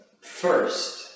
first